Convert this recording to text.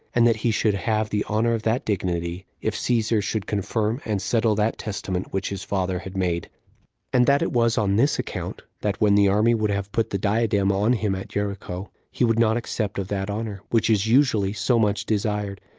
and that he should have the honor of that dignity, if caesar should confirm and settle that testament which his father had made and that it was on this account, that when the army would have put the diadem on him at jericho, he would not accept of that honor, which is usually so much desired,